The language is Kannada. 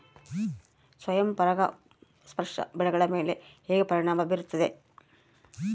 ಸ್ವಯಂ ಪರಾಗಸ್ಪರ್ಶ ಬೆಳೆಗಳ ಮೇಲೆ ಹೇಗೆ ಪರಿಣಾಮ ಬೇರುತ್ತದೆ?